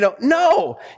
No